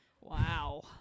wow